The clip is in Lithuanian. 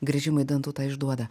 gręžimai dantų tą išduoda